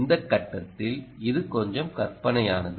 இந்த கட்டத்தில் இது கொஞ்சம் கற்பனையானது